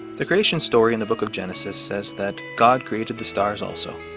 the creation story in the book of genesis says that god created the stars also,